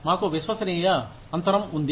మాకు విశ్వసనీయ అంతరం ఉంది